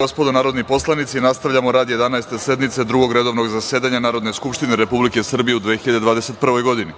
gospodo narodni poslanici, nastavljamo rad Jedanaeste sednice Drugog redovnog zasedanja Narodne skupštine Republike Srbije u 2021. godini.